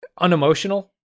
unemotional